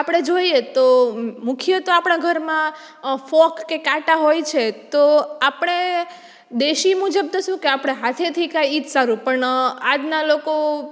આપણે જોઈએ તો મુખ્ય તો આપણા ઘરમાં ફોક કે કાંટા હોય છે તો આપણે દેશી મુજબ તો શું કે આપણે હાથેથી ખાઈ ઈજ સારું પણ આજના લોકો